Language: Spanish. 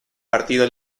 partido